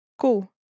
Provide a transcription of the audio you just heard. Cool